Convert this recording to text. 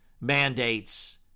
mandates